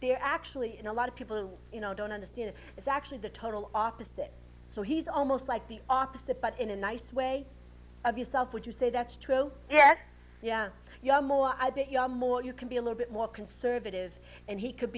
they're actually in a lot of people don't understand it's actually the total opposite so he's almost like the opposite but in a nice way of yourself would you say that's true yeah yeah you're more i bet you are more you can be a little bit more conservative and he could